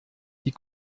die